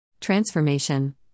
Transformation